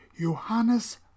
Johannes